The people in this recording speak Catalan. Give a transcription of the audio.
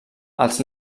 els